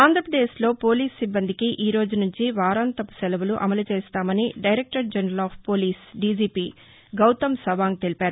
ఆంధ్రప్రదేశ్ లో పోలీసు సిబ్బందికి ఈరోజు నుంచి వారాంతపు సెలవులు అమలు చేస్తామని director general of police DGP Gautam Sawang తెలిపారు